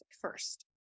first